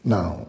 Now